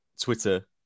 Twitter